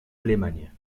alemania